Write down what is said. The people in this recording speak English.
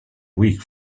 weak